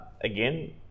Again